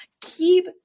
keep